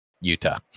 Utah